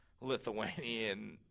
Lithuanian